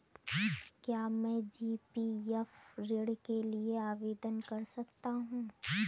क्या मैं जी.पी.एफ ऋण के लिए आवेदन कर सकता हूँ?